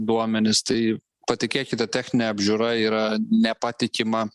duomenis tai patikėkite techninė apžiūra yra nepatikima